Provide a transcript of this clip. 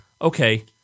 Okay